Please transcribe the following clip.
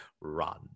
run